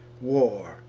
war,